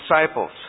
disciples